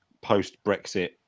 post-Brexit